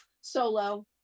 Solo